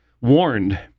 warned